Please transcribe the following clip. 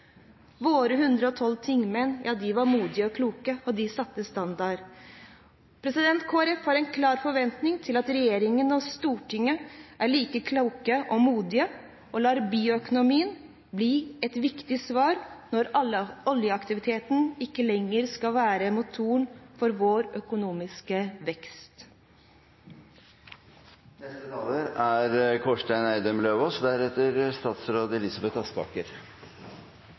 Våre 112 tingmenn var modige og kloke, og de satte standard. Kristelig Folkeparti har en klar forventning til at regjeringen og Stortinget er like kloke og modige og lar bioøkonomien bli et viktig svar når oljeaktiviteten ikke lenger skal være motoren for vår økonomiske vekst.